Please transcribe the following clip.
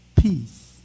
peace